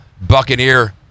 buccaneer